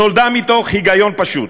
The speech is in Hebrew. נולדה מתוך היגיון פשוט,